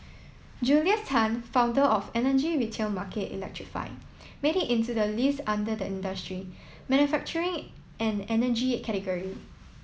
Julius Tan founder of energy retail market electrify made it into the list under the industry manufacturing and energy category